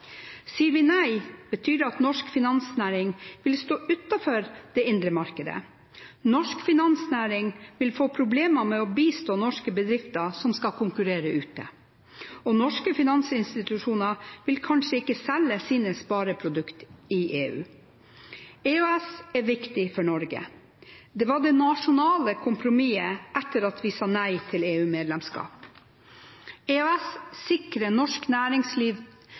vi nei, betyr det at norsk finansnæring vil stå utenfor det indre markedet. Norsk finansnæring vil få problemer med å bistå norske bedrifter som skal konkurrere ute, og norske finansinstitusjoner vil kanskje ikke selge sine spareprodukter i EU. EØS er viktig for Norge. Det var det nasjonale kompromisset etter at vi sa nei til EU-medlemskap. EØS sikrer norsk næringsliv